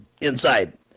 inside